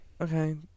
Okay